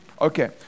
Okay